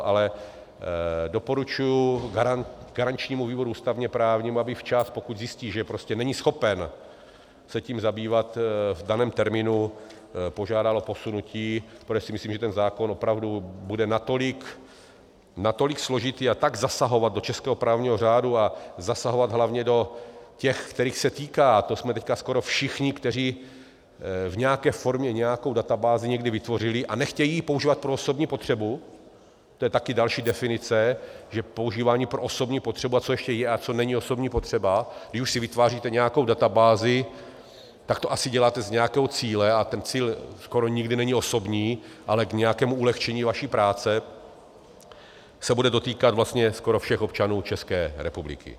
Ale doporučuji garančnímu výboru ústavněprávnímu, aby včas, pokud zjistí, že není schopen se tím zabývat v daném termínu, požádal o posunutí, protože si myslím, že ten zákon opravdu bude natolik složitý a tak zasahovat do českého právního řádu a zasahovat hlavně do těch, kterých se týká, to jsme teď skoro všichni, kteří v nějaké formě nějakou databázi někdy vytvořili a nechtějí ji používat pro osobní potřebu, to je taky další definice, že používání pro osobní potřebu a co ještě je a co není osobní potřeba když už si vytváříte nějakou databázi, tak to asi děláte s nějakým cílem a ten cíl skoro nikdy není osobní, ale k nějakému ulehčení vaší práce se bude dotýkat vlastně skoro všech občanů České republiky.